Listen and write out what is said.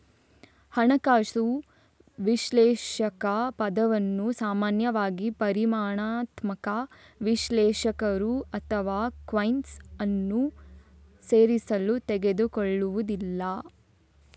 ಹಣಕಾಸು ವಿಶ್ಲೇಷಕ ಪದವನ್ನು ಸಾಮಾನ್ಯವಾಗಿ ಪರಿಮಾಣಾತ್ಮಕ ವಿಶ್ಲೇಷಕರು ಅಥವಾ ಕ್ವಾಂಟ್ಸ್ ಅನ್ನು ಸೇರಿಸಲು ತೆಗೆದುಕೊಳ್ಳುವುದಿಲ್ಲ